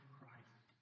Christ